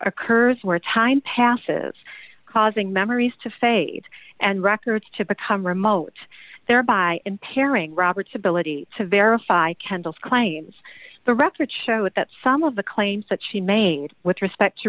occurs where time passes causing memories to fade and records to become remote thereby impairing roberts ability to verify kendall's claims the records show it that some of the claims that she made with respect to